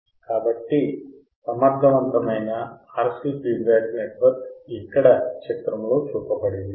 కాబట్టి సమర్థవంతమైన RC feedback network ఇక్కడ చిత్రంలో చూపబడింది